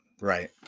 right